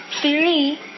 three